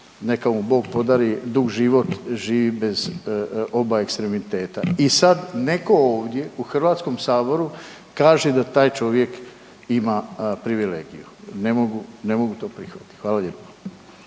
neka mu Bog podari dug život, živi bez oba ekstremiteta i sad netko ovdje u Hrvatskom saboru kaže da taj čovjek ima privilegije. Ne mogu, ne mogu to prihvatiti. Hvala lijepo.